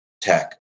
tech